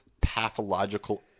pathological